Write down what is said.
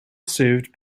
served